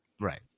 right